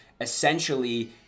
essentially